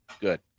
good